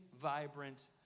vibrant